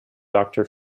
doctor